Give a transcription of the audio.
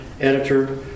editor